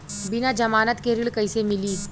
बिना जमानत के ऋण कैसे मिली?